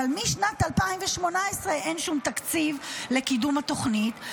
אבל משנת 2018 אין שום תקציב לקידום התוכנית.